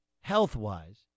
health-wise